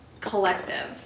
collective